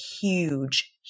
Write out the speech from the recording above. huge